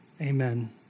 Amen